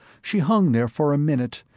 she hung there for a minute,